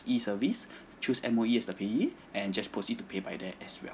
E service choose M_O_E as a payee and just proceed to pay by there as well